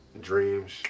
dreams